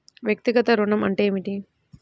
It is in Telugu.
వ్యక్తిగత ఋణం అంటే ఏమిటి?